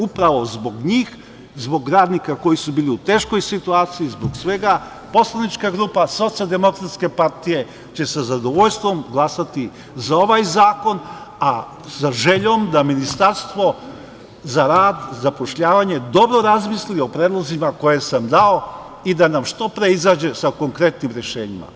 Upravo zbog njih, zbog radnika koji su bili u teškoj situaciji, zbog svega poslanička grupa Socijaldemokratske partije će sa zadovoljstvom glasati za ovaj zakon, a sa željom da Ministarstvo za rad, zapošljavanje dobro razmisli o predlozima koje sam dao i da nam što pre izađe sa konkretnim rešenjima.